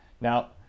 Now